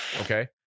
Okay